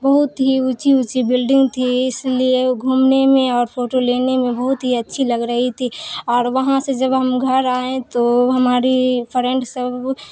بہت ہی اونچی اونچی بلڈنگ تھی اس لیے گھومنے میں اور فوٹو لینے میں بہت ہی اچھی لگ رہی تھی اور وہاں سے جب ہم گھر آئیں تو ہماری فرینڈ سب